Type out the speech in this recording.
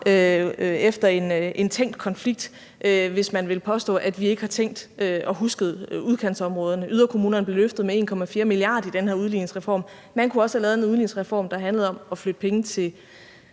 efter en tænkt konflikt, hvis man vil påstå, at vi ikke har tænkt og husket udkantsområderne. Yderkommunerne blev løftet med 1,4 mia. kr. i den her udligningsreform. Man kunne også have lavet en udligningsreform, der handlede om at flytte penge til